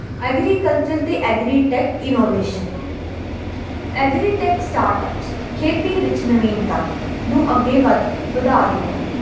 agriculture ਅਤੇ agri tech innovation agri tech startups ਖੇਤੀ ਵਿੱਚ ਨਵੀਨਤਾ ਨੂੰ ਅੱਗੇ ਵਧ ਵਧਾ ਰਿਹਾ ਹੈ